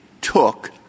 took